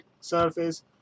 surface